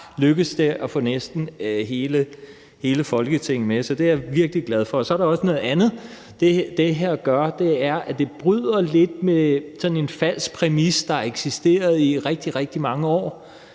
lykkedes det at få næsten hele Folketinget med. Så det er jeg virkelig glad for. Så er der også noget andet. Det, det her gør, er, at det bryder lidt med en falsk præmis, der har eksisteret i rigtig, rigtig mange år,